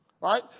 Right